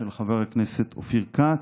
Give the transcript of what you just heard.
של חבר הכנסת אופיר כץ,